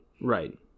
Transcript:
Right